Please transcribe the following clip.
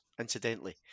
incidentally